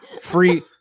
free